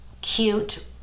cute